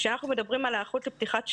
כשאנחנו מדברים על היערכות לפתיחת שנה,